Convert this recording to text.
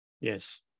Yes